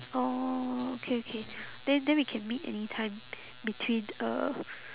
oh okay okay then then we can meet anytime between uh